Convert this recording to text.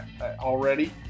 already